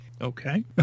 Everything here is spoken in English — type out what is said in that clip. Okay